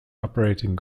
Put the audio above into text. operating